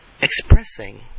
expressing